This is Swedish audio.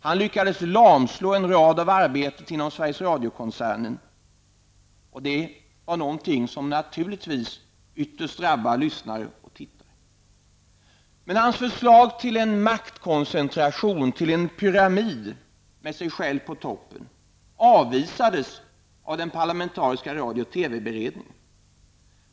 Han lyckades lamslå en del av arbetet inom Sveriges Radio-koncernen, och det var naturligtvis någonting som ytterst drabbade lyssnare och tittare. Men hans förslag till en maktkoncentration, till en pyramid med sig själv på toppen, avvisades av den parlamentariska radio och TV beredningen.